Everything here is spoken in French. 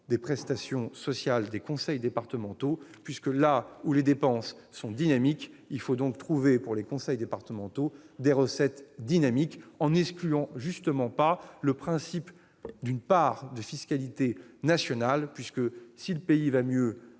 des prestations sociales des conseils départementaux. Et les dotations ! Là où les dépenses sont dynamiques, il faut trouver pour les conseils départementaux des recettes dynamiques, en n'excluant pas le principe d'une part de fiscalité nationale. En effet, si le pays va mieux,